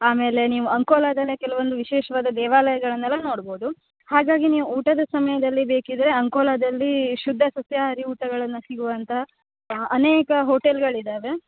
ಆಮೇಲೆ ನೀವು ಅಂಕೋಲದಲ್ಲೇ ಕೆಲವೊಂದು ವಿಶೇಷವಾದ ದೇವಾಲಯಗಳನ್ನೆಲ್ಲ ನೋಡ್ಬೋದು ಹಾಗಾಗಿ ನೀವು ಊಟದ ಸಮಯದಲ್ಲಿ ಬೇಕಿದ್ರೆ ಅಂಕೋಲದಲ್ಲೀ ಶುದ್ಧ ಸಸ್ಯಾಹಾರಿ ಊಟಗಳನ್ನು ಸಿಗುವಂತಹ ಹಾಂ ಅನೇಕ ಹೋಟೆಲ್ಗಳಿದಾವೆ